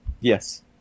Yes